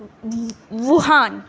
Wuhan